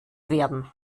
werden